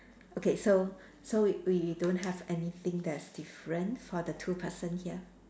okay so so we we don't have anything that's different for the two person here